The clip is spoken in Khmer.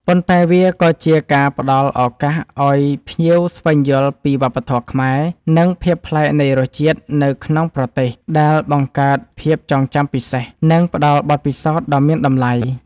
ប៉ុន្តែវាក៏ជាការផ្ដល់ឱកាសឲ្យភ្ញៀវស្វែងយល់ពីវប្បធម៌ខ្មែរ និងភាពប្លែកនៃរសជាតិនៅក្នុងប្រទេស ដែលបង្កើតភាពចងចាំពិសេស និងផ្ដល់បទពិសោធន៍ដ៏មានតម្លៃ។